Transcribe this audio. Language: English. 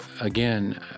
Again